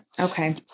Okay